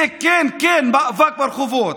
כן, כן, זה מאבק ברחובות.